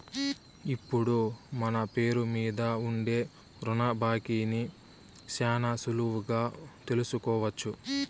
ఇప్పుడు మన పేరు మీద ఉండే రుణ బాకీని శానా సులువుగా తెలుసుకోవచ్చు